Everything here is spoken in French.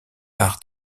par